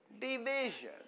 division